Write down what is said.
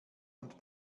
und